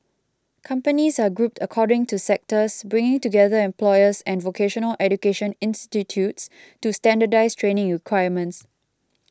companies are grouped according to sectors bringing together employers and vocational education institutes to standardise training requirements